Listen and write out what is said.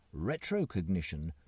retrocognition